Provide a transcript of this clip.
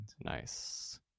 Nice